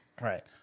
right